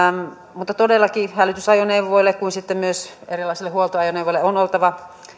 mutta todellakin hälytysajoneuvoille kuin myös erilaisille huoltoajoneuvoille on oltava